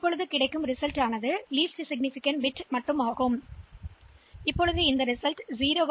எனவே 01H உடன் அந்த எண்ணை மறைப்பதை நாங்கள் செய்கிறோமா என்று பார்க்கிறோம்